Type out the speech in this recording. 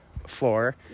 floor